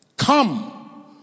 Come